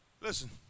Listen